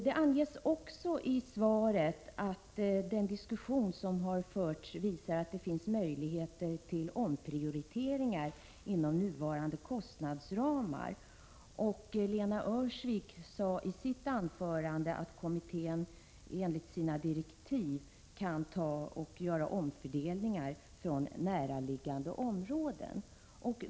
Det anges också i svaret att den diskussion som förts visar att det finns möjligheter till omprioriteringar inom nuvarande kostnadsramar. Lena Öhrsvik sade vidare i sitt anförande att kommittén enligt sina direktiv kan göra omfördelningar från närliggande områden.